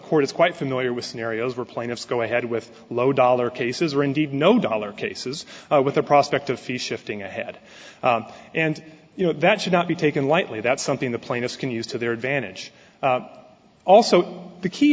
court is quite familiar with scenarios where plaintiffs go ahead with low dollar cases or indeed no dollar cases with a prospect of fee shifting ahead and you know that should not be taken lightly that's something the plaintiffs can use to their advantage also the key